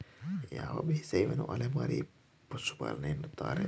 ಯಾವ ಬೇಸಾಯವನ್ನು ಅಲೆಮಾರಿ ಪಶುಪಾಲನೆ ಎನ್ನುತ್ತಾರೆ?